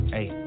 Hey